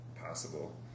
possible